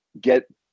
get